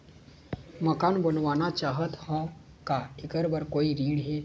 मकान बनवाना चाहत हाव, का ऐकर बर कोई ऋण हे?